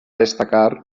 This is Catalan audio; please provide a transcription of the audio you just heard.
destacar